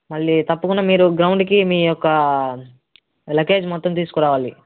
మళ్ళీ తప్పకుండ మీరు గ్రౌండ్కి మీ యొక్క లగేజ్ మొత్తం తీసుకురావాలి